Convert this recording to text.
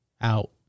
out